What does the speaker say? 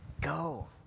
Go